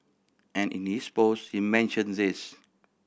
and in his post he mentioned this